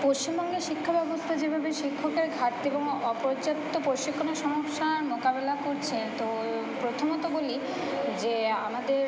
পশ্চিমবঙ্গের শিক্ষা ব্যবস্থা যেভাবে শিক্ষকের ঘাটতি এবং অপর্যাপ্ত প্রশিক্ষণের সমস্যার মোকাবিলা করছে তো প্রথমত বলি যে আমাদের